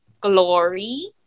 glory